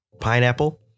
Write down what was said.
Pineapple